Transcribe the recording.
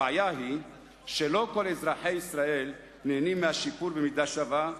הבעיה היא שלא כל אזרחי ישראל נהנים מהשיפור במידה שווה,